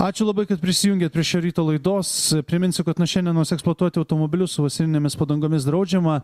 ačiū labai kad prisijungėt prie šio ryto laidos priminsiu kad nuo šiandienos eksploatuoti automobilius vasarinėmis padangomis draudžiama